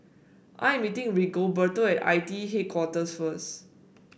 I am meeting Rigoberto at I T E Headquarters first